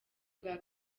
bwa